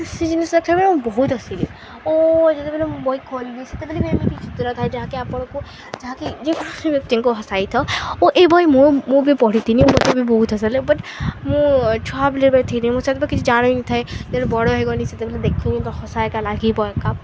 ସେ ଜିନିଷଟା ବେଳେ ମୁଁ ବହୁତ ହସିଲି ଓ ଯେତେବେଲେ ମୁଁ ବହି ଖୋଲିଲି ସେତେବେଳେ ବିି ଏମିତି ଶିତରେ ଥାଏ ଯାହାକି ଆପଣଙ୍କୁ ଯାହାକି ଯେକୌଣସି ବ୍ୟକ୍ତିଙ୍କୁ ହସାଇଥାଉ ଓ ଏ ବହି ମୁଁ ମୁଁ ବି ପଢ଼ିଥିଲି ମୋତେ ବି ବହୁତ ହସ ଲାଗେ ବଟ ମୁଁ ଛୁଆବେଳେ ମୁଁ ସେତେବେଳେ କିଛି ଜାଣିନଥାଏ ତେଣୁ ବଡ଼ ହେଇଗଲି ସେତେବେଲେ ଦେଖି ମୋତେ ହସ ଏକା ଲାଗିବ ଏକା